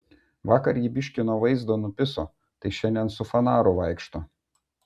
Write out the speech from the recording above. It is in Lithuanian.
vakar jį biškį nuo vaizdo nupiso tai šiandien su fanaru vaikšto